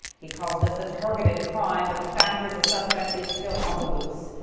he calls this a targeted crime. but the fact is a suspect is still on the loose.